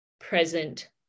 present